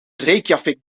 reykjavik